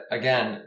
again